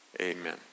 amen